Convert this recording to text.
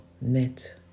net